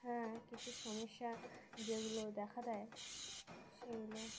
হ্যাঁ কিছু সমস্যা যেগুলো দেখা দেয় সেগুলো